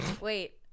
wait